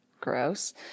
gross